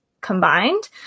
combined